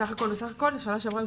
בסך הכול, בשנה שעברה היו